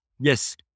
Yes